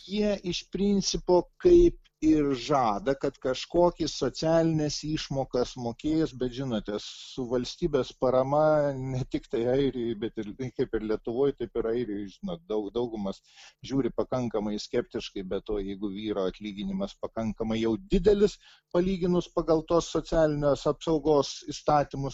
jie iš principo kaip ir žada kad kažkokį socialines išmokas mokės bet žinote su valstybės parama ne tiktai airijoj bet ir kaip ir lietuvoj taip ir airijoj žinot daug daugumas žiūri pakankamai skeptiškai be to jeigu vyro atlyginimas pakankamai jau didelis palyginus pagal tos socialinės apsaugos įstatymus